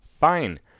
fine